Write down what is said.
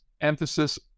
emphasis